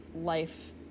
life